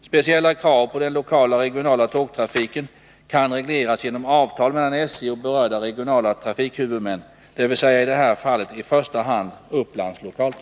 Speciella krav på den lokala och regionala tågtrafiken kan regleras genom avtal mellan SJ och berörda regionala trafikhuvudmän, dvs. i det här fallet i första hand Upplands Lokaltrafik.